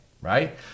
Right